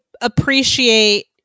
appreciate